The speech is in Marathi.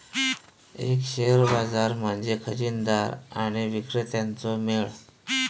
एक शेअर बाजार म्हणजे खरेदीदार आणि विक्रेत्यांचो मेळ